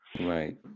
Right